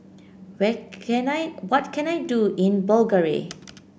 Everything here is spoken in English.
can I what can I do in Bulgaria